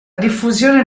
diffusione